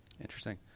Interesting